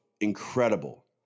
incredible